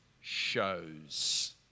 shows